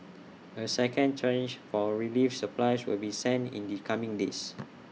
A second tranche for relief supplies will be sent in the coming days